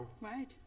Right